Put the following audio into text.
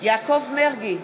יעקב מרגי,